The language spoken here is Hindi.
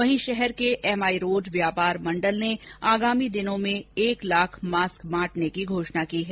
वहीं शहर के एमआई रोड व्यापार मंडल ने आगामी दिनों में एक लाख मास्क बांटने की घोषणा की है